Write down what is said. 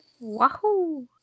Wahoo